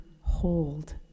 hold